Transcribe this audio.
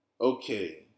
Okay